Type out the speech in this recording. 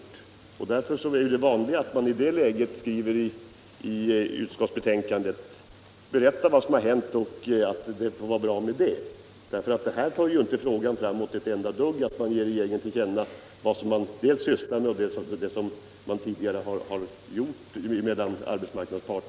I sådana lägen är ju annars det vanliga att man i utskottsbetänkandena berättar vad som hänt, och så får det vara bra med det. Det för ju inte frågan framåt ett enda dugg att riksdagen ger regeringen till känna vad arbetsmarknadens parter redan har gjort.